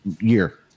year